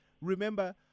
Remember